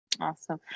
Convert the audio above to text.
Awesome